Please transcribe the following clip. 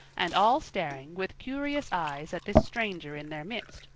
and all staring with curious eyes at this stranger in their midst,